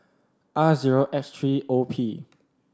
R zero X three O P